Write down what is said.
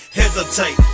hesitate